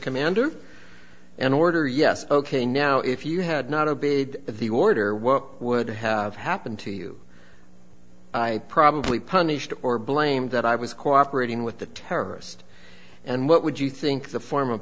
commander an order yes ok now if you had not a big the order what would have happened to you i probably punished or blamed that i was cooperate ing with the terrorist and what would you think the form of